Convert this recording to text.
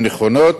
הן נכונות.